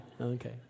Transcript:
Okay